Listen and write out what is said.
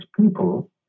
people